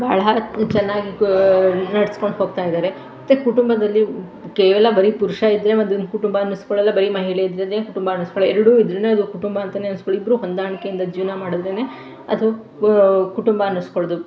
ಬಹಳ ಚೆನ್ನಾಗಿ ನಡ್ಸ್ಕೊಂಡು ಹೋಗ್ತಾಯಿದ್ದಾರೆ ಮತ್ತು ಕುಟುಂಬದಲ್ಲಿ ಕೇವಲ ಬರಿ ಪುರುಷ ಇದ್ದರೆ ಒಂದು ಕುಟುಂಬ ಅನ್ನಿಸ್ಕೊಳ್ಳೋಲ್ಲ ಬರೀ ಮಹಿಳೆ ಇದ್ದರೇನೆ ಕುಟುಂಬ ಅನ್ನಿಸ್ಕೊಳ ಎರಡು ಇದ್ದರೇನೆ ಅದು ಕುಟುಂಬ ಅಂತಲೇ ಅನ್ನಿಸ್ಕೊಳ್ಳೋ ಇಬ್ಬರು ಹೊಂದಾಣಿಕೆಯಿಂದ ಜೀವನ ಮಾಡಿದ್ರೇನೆ ಅದು ಬ ಕುಟುಂಬ ಅನ್ನಿಸ್ಕೊಳ್ಳೋದು